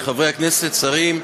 חברי הכנסת, שרים,